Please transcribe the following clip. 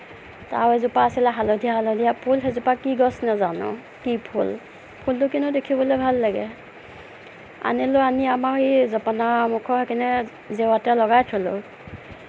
তাৰ আৰু এজোপা আছিলে হালধীয়া হালধীয়া ফুল সেইজোপা কি গছ নাজানোঁ কি ফুল ফুলটো কিন্তু দেখিবলৈ ভাল লাগে আনিলোঁ আনি আমাৰ এই জপনা মুখৰ সেইপিনে জেওৰাতে লগাই থলোঁ